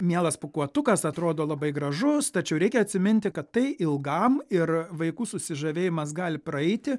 mielas pūkuotukas atrodo labai gražus tačiau reikia atsiminti kad tai ilgam ir vaikų susižavėjimas gali praeiti